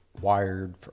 wired